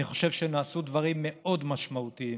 אני חושב שנעשו דברים מאוד משמעותיים